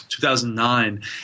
2009